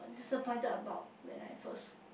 disappointed about when I first